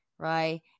right